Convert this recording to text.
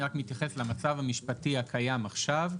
אני רק מתייחס למצב המשפטי הקיים עכשיו,